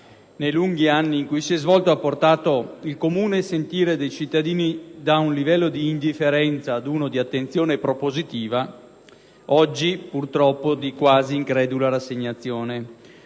nei lunghi anni in cui si è svolto, ha portato il comune sentire dei cittadini da un livello di indifferenza ad uno di attenzione propositiva, oggi purtroppo di quasi incredula rassegnazione.